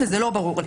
וזה לא ברור לי.